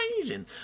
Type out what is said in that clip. amazing